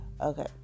Okay